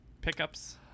pickups